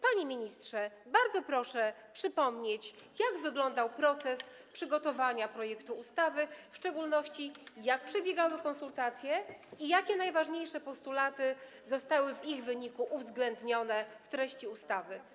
Panie ministrze, bardzo proszę przypomnieć, jak wyglądał proces przygotowania projektu ustawy, w szczególności jak przebiegały konsultacje i jakie najważniejsze postulaty zostały w ich wyniku uwzględnione w treści ustawy.